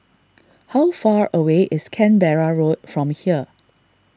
how far away is Canberra Road from here